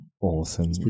awesome